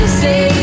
say